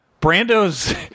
Brando's